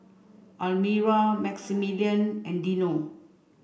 Almira Maximillian and Dino